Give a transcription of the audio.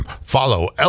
Follow